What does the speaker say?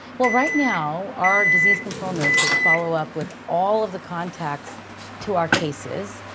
well right now our disease control nurses follow up with all of the contacts to our cases,